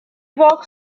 walked